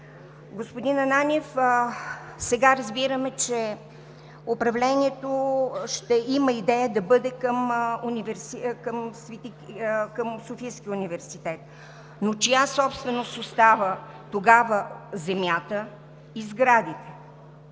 Господин Ананиев, сега разбираме, че управлението ще има идея да бъде към Софийския университет, но чия собственост остават тогава земята и сградите